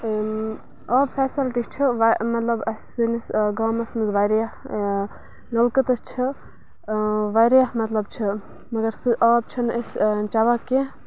اۭں آبہٕ فیسَلٹی چھُ و مطلب اَسہِ سٲنِس گامَس منٛز واریاہ یہِ کوٗتاہ چھُ اۭں واریاہ مطلب چھُ مَگر سُہ آب چھِنہٕ أسۍ چٮ۪وان کیٚنہہ